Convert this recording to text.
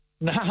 No